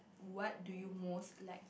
what do you most like